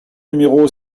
numéro